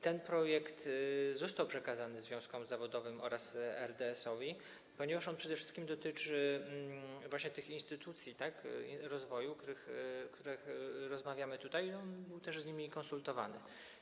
Ten projekt został przekazany związkom zawodowym oraz RDS-owi, ponieważ on przede wszystkim dotyczy właśnie tych instytucji rozwoju, o których rozmawiamy tutaj, i on też był z nimi konsultowany.